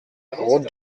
route